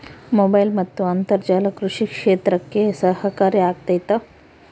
Mobile ಮತ್ತು ಅಂತರ್ಜಾಲ ಕೃಷಿ ಕ್ಷೇತ್ರಕ್ಕೆ ಸಹಕಾರಿ ಆಗ್ತೈತಾ?